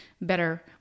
better